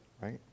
Right